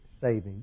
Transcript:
savings